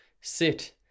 sit